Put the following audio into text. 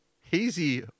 hazy